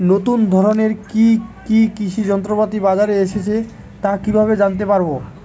নতুন ধরনের কি কি কৃষি যন্ত্রপাতি বাজারে এসেছে তা কিভাবে জানতেপারব?